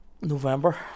November